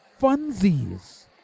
funsies